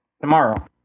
tomorrow